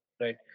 Right